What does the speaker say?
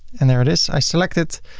and there it is. i select it,